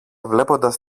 βλέποντας